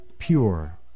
pure